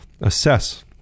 assess